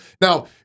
Now